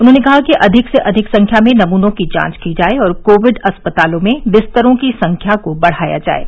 उन्होंने कहा कि अधिक से अधिक संख्या में नमूनों की जांच जाए और कोविड अस्पतालों में बिस्तरों की संख्या को बढ़ाया जाये